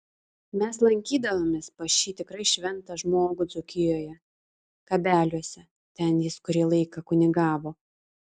mes lankydavomės pas šį tikrai šventą žmogų dzūkijoje kabeliuose ten jis kurį laiką kunigavo